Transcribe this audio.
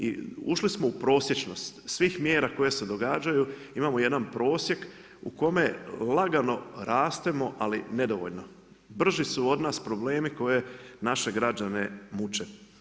I ušli smo u prosječnost svih mjera koje se događaju, imamo jedan prosjek u kome lagano rastemo, ali nedovoljno, brži su od nas problemi koje naše građane muče.